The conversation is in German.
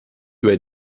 über